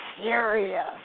Serious